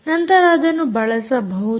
ನಂತರ ಅದನ್ನು ಬಳಸಬಹುದು